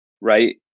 right